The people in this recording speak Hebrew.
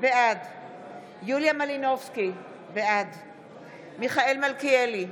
בעד יוליה מלינובסקי, בעד מיכאל מלכיאלי,